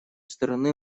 стороны